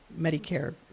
Medicare